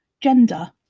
gender